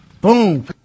Boom